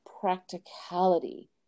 practicality